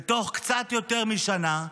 ותוך קצת יותר משנה,